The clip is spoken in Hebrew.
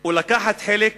או לקחת חלק